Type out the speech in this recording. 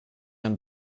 ein